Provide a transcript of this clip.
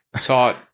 taught